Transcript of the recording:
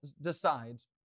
decides